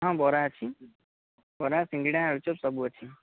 ହଁ ବରା ଅଛି ବରା ସିଙ୍ଗଡ଼ା ଆଳୁଚପ୍ ସବୁ ଅଛି